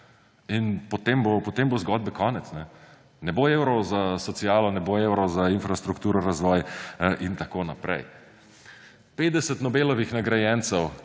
In potem bo zgodbe konec. Ne bo evrov za socialo, ne bo evrov za infrastrukturo, razvoj in tako naprej. 50 Nobelovih nagrajencev